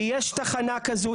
ויש תחנה כזאת,